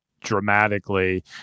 dramatically